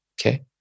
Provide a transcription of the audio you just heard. Okay